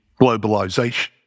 globalization